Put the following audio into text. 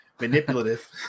manipulative